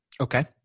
Okay